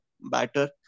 batter